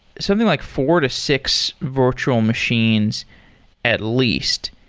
something like four to six virtual machines at least.